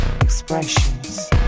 expressions